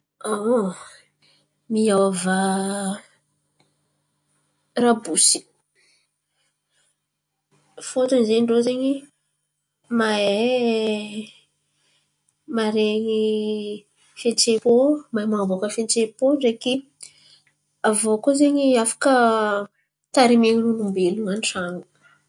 Niova rabosy, fôtiny zen̈y irô zen̈y mahay maren̈y fihetsem-pô, mahay man̈aboaka fihetsem-pô ndreky. Avô koa zen̈y afaka tarimian'olombelona an-tran̈ô.